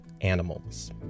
animals